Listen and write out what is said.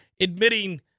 admitting